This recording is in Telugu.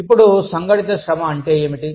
ఇప్పుడు సంఘటిత శ్రమ అంటే ఏమిటి